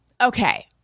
Okay